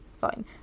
fine